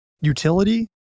utility